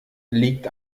liegt